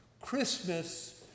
Christmas